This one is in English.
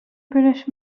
british